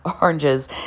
oranges